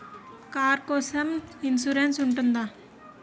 Car కోసం insurance ఉంటుందా?